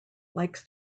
likes